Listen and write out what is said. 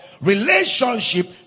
relationship